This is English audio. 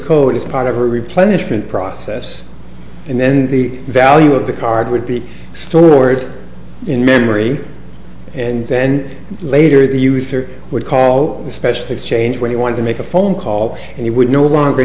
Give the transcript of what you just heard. code as part of a replenishment process and then the value of the card would be stored in memory and then later the user would call the special exchange when he wanted to make a phone call and he would no longer